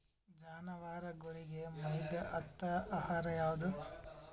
ಜಾನವಾರಗೊಳಿಗಿ ಮೈಗ್ ಹತ್ತ ಆಹಾರ ಯಾವುದು?